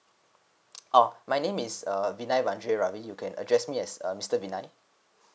oh my name is err vinine vandrea ravi you can address me as uh mister vinine